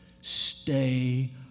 stay